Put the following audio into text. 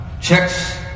checks